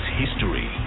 history